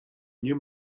nie